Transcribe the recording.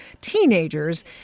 teenagers